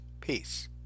Peace